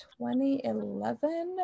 2011